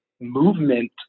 movement